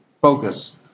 focus